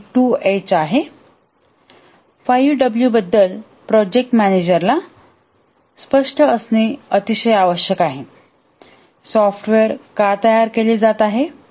5 W बद्दल project मॅनेजरला स्पष्ट असणे आवश्यक आहे सॉफ्टवेअर का तयार केले जात आहे